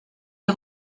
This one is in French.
est